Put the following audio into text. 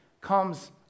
comes